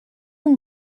اون